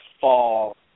fall